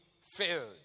filled